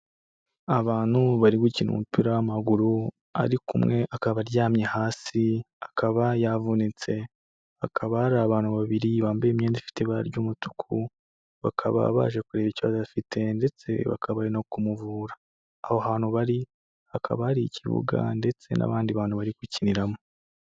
Abantu bari gukina umupira w'amaguru, ariko umwe akaba aryamye hasi, akaba yavunitse, hakaba hari abantu babiri bambaye imyenda, ifite ibara ry'umutuku, bakaba baje kureba ikibaozo afite ndetse bakaba bari no kumuvura, aho hantu bari hakaba ari ikibuga ndetse n'abandi bantu bari gukiniramo.